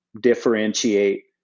differentiate